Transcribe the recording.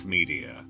Media